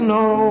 no